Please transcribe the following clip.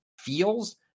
feels